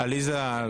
טור פז מחליף.